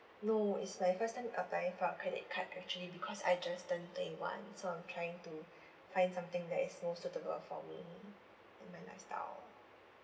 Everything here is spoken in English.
no is my first time applying for a credit card actually because I just turned twenty one so I'm trying to find something that is more suitable for me and my lifestyle